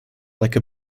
like